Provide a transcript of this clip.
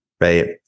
right